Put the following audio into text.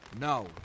No